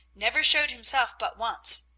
never showed himself but once,